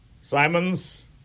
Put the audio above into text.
Simons